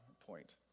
point